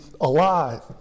alive